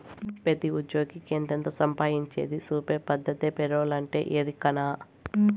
పెతీ ఉజ్జ్యోగి ఎంతెంత సంపాయించేది సూపే పద్దతే పేరోలంటే, ఎరికనా